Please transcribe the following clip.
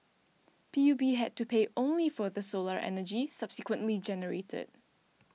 P U B had to pay only for the solar energy subsequently generated